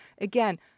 again